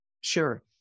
Sure